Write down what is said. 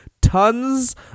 tons